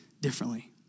differently